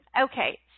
Okay